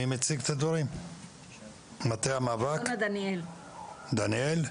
אלונה דניאל,